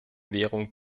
währung